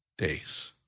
days